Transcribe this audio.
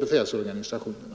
befälsorganisationerna.